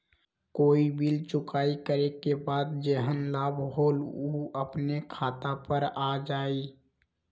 कोई बिल चुकाई करे के बाद जेहन लाभ होल उ अपने खाता पर आ जाई?